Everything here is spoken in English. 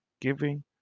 giving